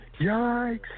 Yikes